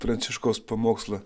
pranciškaus pamokslą